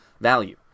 value